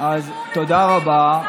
תודה רבה,